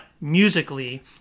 musically